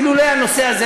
אילולא הנושא הזה,